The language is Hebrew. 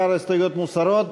ששאר ההסתייגויות מוסרות.